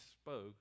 spoke